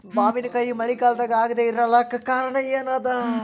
ಮಾವಿನಕಾಯಿ ಮಳಿಗಾಲದಾಗ ಆಗದೆ ಇರಲಾಕ ಕಾರಣ ಏನದ?